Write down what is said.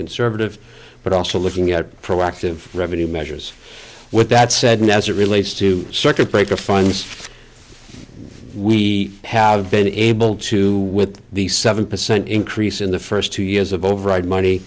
conservative but also looking at proactive revenue measures with that said and as it relates to circuit breaker funds we have been able to with the seven percent increase in the first two years of override money